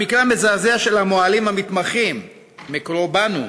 המקרה המזעזע של המוהלים המתמחים מקורו בנו,